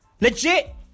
Legit